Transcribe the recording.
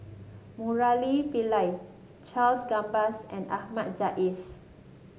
Murali Pillai Charles Gambas and Ahmad Jais